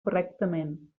correctament